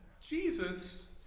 Jesus